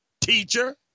teacher